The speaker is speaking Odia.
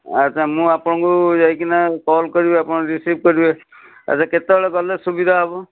ଆଚ୍ଛା ମୁଁ ଆପଣଙ୍କୁ ଯାଇକିନା କଲ୍ କରିବି ଆପଣ ରିସିଭ୍ କରିବେ ଆଚ୍ଛା କେତେବେଳେ ଗଲେ ସୁବିଧା ହେବ